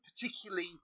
particularly